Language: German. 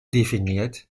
definiert